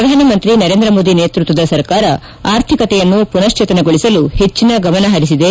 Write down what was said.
ಪ್ರಧಾನಮಂತ್ರಿ ನರೇಂದ್ರಮೋದಿ ನೇತೃತ್ವದ ಸರ್ಕಾರ ಆರ್ಥಿಕತೆಯನ್ನು ಪುನಶ್ಲೇತನಗೊಳಿಸಲು ಹೆಚ್ಚಿನ ಗಮನ ಪರಿಸಿದೆ